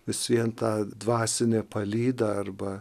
visvien ta dvasinė palyda arba